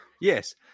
Yes